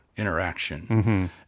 interaction